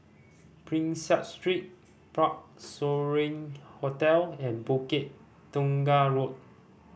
Prinsep Street Parc Sovereign Hotel and Bukit Tunggal Road